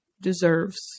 deserves